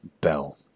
Bell